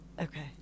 Okay